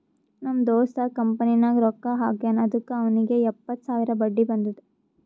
ನಮ್ ದೋಸ್ತ ಕಂಪನಿನಾಗ್ ರೊಕ್ಕಾ ಹಾಕ್ಯಾನ್ ಅದುಕ್ಕ ಅವ್ನಿಗ್ ಎಪ್ಪತ್ತು ಸಾವಿರ ಬಡ್ಡಿ ಬಂದುದ್